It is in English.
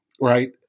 right